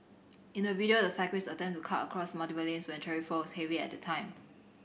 in the video the cyclist attempted to cut across multiple lanes when traffic flow was heavy at that time